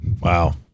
Wow